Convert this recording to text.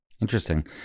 Interesting